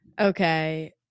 okay